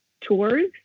Tours